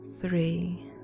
Three